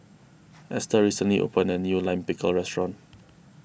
Esther recently opened a new Lime Pickle restaurant